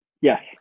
Yes